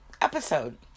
episode